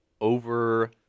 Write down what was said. over